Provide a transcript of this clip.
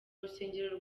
rusengero